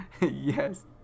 Yes